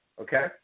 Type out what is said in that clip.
okay